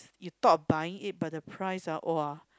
you thought of buying it but the price ah !wah!